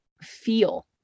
feel